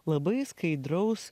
labai skaidraus